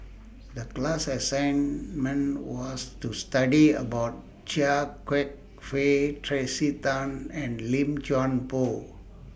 The class assignment was to study about Chia Kwek Fah Tracey Tan and Lim Chuan Poh